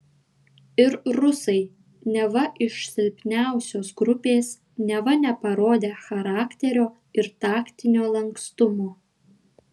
ir rusai neva iš silpniausios grupės neva neparodę charakterio ir taktinio lankstumo